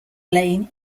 lane